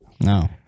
No